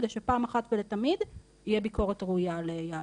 כדי שפעם אחת ולתמיד יהיה ביקורת ראויה על יהלום.